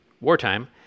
wartime